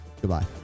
Goodbye